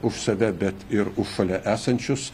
už save bet ir už šalia esančius